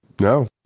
No